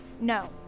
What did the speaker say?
No